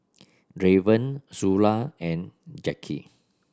Draven Zula and Jackie